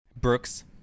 Brooks